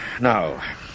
Now